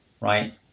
right